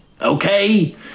Okay